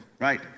right